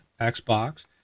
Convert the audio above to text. Xbox